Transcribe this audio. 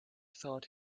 thought